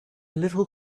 little